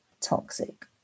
toxic